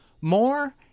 more